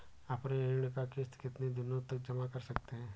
अपनी ऋण का किश्त कितनी दिनों तक जमा कर सकते हैं?